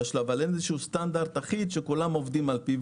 שלו אבל אין איזה סטנדרט אחיד שכולם עובדים על פיו.